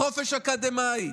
"חופש אקדמי".